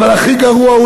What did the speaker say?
אבל הכי גרוע,